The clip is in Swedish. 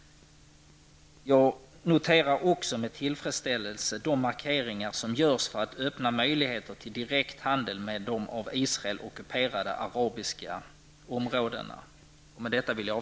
Jag noterar med tillfredsställelse de markeringar som görs för att öppna möjligheten till direkthandel med de av Israel ockuperade arabiska områdena.